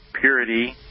purity